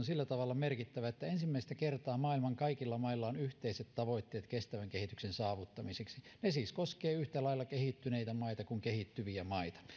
sillä tavalla merkittävä että ensimmäistä kertaa maailman kaikilla mailla on yhteiset tavoitteet kestävän kehityksen saavuttamiseksi ne siis koskevat yhtä lailla kehittyneitä maita kuin kehittyviä maita